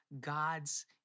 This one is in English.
God's